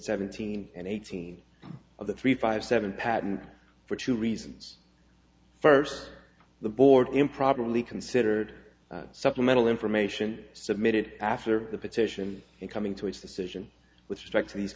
seventeen and eighteen of the three five seven patent for two reasons first the board improbably considered supplemental information submitted after the petition in coming to its decision with respect to these